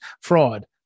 fraud